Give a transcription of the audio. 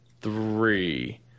three